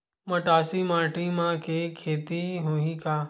मटासी माटी म के खेती होही का?